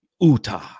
Utah